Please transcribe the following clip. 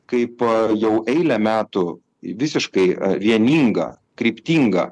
kaip jau eilę metų į visiškai vieningą kryptingą